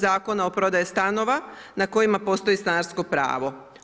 Zakona o prodaji stanova na kojima postoji stanarsko pravo.